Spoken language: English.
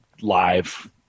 live